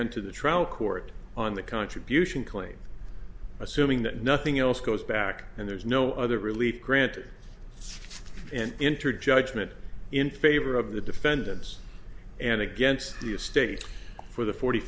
to the trial court on the contribution claim assuming that nothing else goes back and there's no other relief granted and entered judgment in favor of the defendants and against the estate for the forty